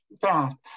fast